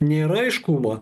nėra aiškumo